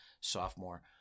sophomore